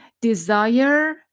desire